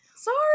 Sorry